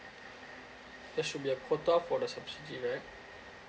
there should be a quota for the subsidy right